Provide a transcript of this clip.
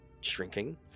shrinking